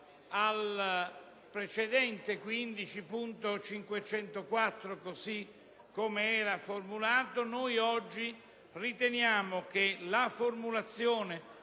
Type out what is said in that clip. Grazie,